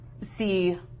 see